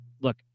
look